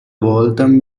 waltham